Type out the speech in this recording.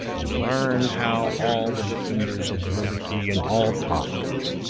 and learn how all the defenders of liberty, in all times,